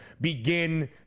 begin